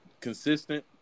consistent